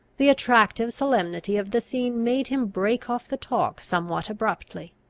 the attractive solemnity of the scene made him break off the talk somewhat abruptly,